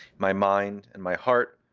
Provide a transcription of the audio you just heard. my mind and my heart,